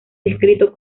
descrito